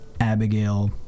Abigail